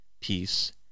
peace